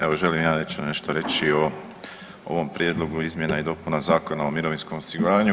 Evo želim i ja nešto reći o ovom prijedlogu izmjena i dopuna Zakona o mirovinskom osiguranju.